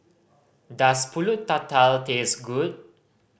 does Pulut Tatal taste good